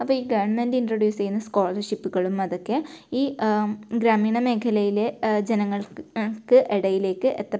അപ്പം ഈ government introduce ചെയ്യുന്ന സ്കോളർഷിപ്പുകളും അതൊക്കെ ഈ ഗ്രാമീണ മേഖലയിലെ ജനങ്ങൾക്ക് ഇടയിലേക്ക് എത്ത